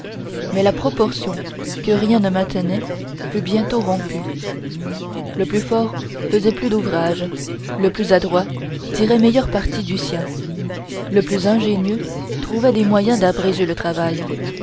mais la proportion que rien ne maintenait fut bientôt rompue le plus fort faisait plus d'ouvrage le plus adroit tirait meilleur parti du sien le plus ingénieux trouvait des moyens d'abréger le travail